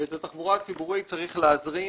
ואת התחבורה הציבורית צריך להזרים,